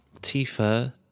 Tifa